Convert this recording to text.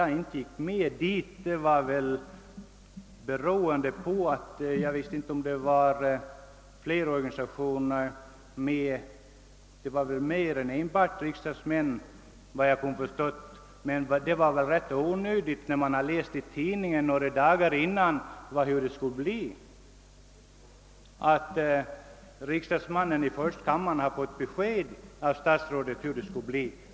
I den uppvaktningen deltog väl representanter för olika organisationer och inte bara riksdagsmän. Att jag inte gick med berodde på att jag fann det rätt onödigt att deltaga, när jag några dagar tidigare kunnat läsa att riks dagsman Georg Pettersson fått besked av statsrådet om hur det skulle bli.